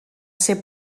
ser